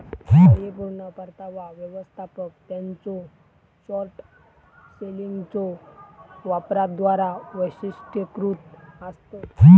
परिपूर्ण परतावा व्यवस्थापक त्यांच्यो शॉर्ट सेलिंगच्यो वापराद्वारा वैशिष्ट्यीकृत आसतत